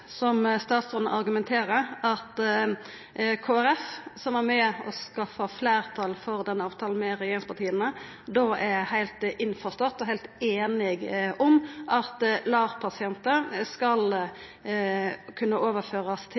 statsråden argumenterer med, forstår eg det slik at Kristeleg Folkeparti, som var med og skaffa fleirtal for denne avtalen med regjeringspartia, er heilt innforstått med og heilt einige i at LAR-pasientar skal kunna overførast til